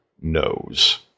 knows